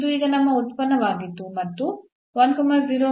ಇದು ಈಗ ನಮ್ಮ ಉತ್ಪನ್ನವಾಗಿತ್ತು